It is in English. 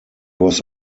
was